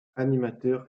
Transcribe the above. animateur